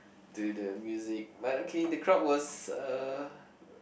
to the music but okay the crowd was uh